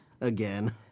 Again